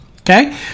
Okay